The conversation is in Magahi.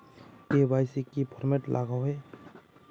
के.वाई.सी फॉर्मेट की लागोहो?